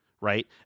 right